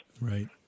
Right